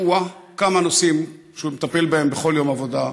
אוה אה, כמה נושאים שהוא מטפל בהם בכל יום עבודה.